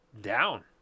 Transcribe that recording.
down